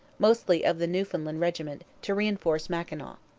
mostly of the newfoundland regiment, to reinforce mackinaw.